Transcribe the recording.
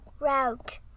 route